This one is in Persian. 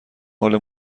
حال